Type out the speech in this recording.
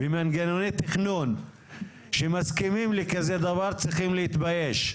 מנגנוני תכנון שמסכמים לכזה דבר, צריכים להתבייש,